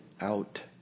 out